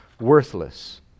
worthless